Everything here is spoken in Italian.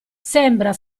sembra